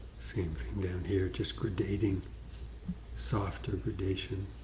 same thing down here, just gradating softer gradation.